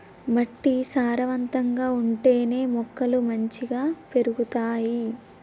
మట్టి సారవంతంగా ఉంటేనే మొక్కలు మంచిగ పెరుగుతాయి